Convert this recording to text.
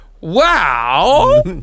Wow